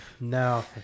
No